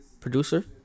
producer